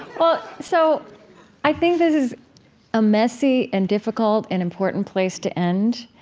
well, so i think this is a messy and difficult and important place to end.